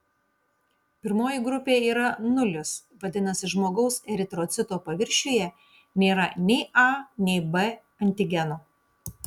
pirmoji grupė yra nulis vadinasi žmogaus eritrocito paviršiuje nėra nei a nei b antigeno